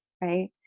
Right